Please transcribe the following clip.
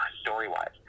story-wise